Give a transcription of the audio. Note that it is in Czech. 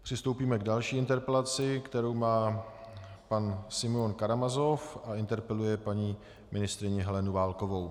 Přistoupíme k další interpelaci, kterou má pan Simeon Karamazov a interpeluje paní ministryni Helenu Válkovou.